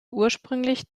ursprünglich